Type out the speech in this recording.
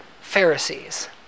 pharisees